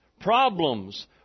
problems